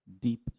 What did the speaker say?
deep